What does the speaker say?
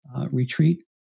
retreat